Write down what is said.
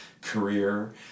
career